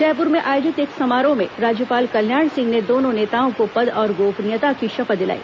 जयपुर में आयोजित एक समारोह में राज्यपाल कल्याण सिंह ने दोनों नेताओं को पद और गोपनीयता की शपथ दिलाई